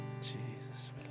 Jesus